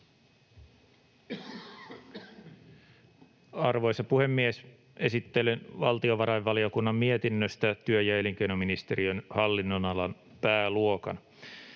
Arvoisa puhemies! Esittelen valtiovarainvaliokunnan mietinnöstä työ- ja elinkeinoministeriön hallinnonalan pääluokan.